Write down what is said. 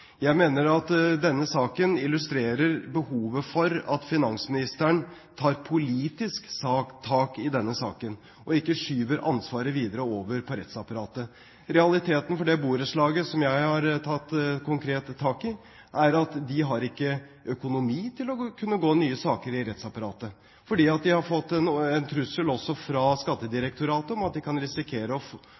Jeg mener at denne saken illustrerer behovet for at finansministeren tar politisk tak i denne saken og ikke skyver ansvaret videre over på rettsapparatet. Realiteten for det borettslaget som jeg har tatt konkret tak i, er at de ikke har økonomi til å kunne gå nye runder i rettsapparatet, for de har fått en trussel også fra Skattedirektoratet om at de kan risikere å